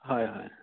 হয় হয়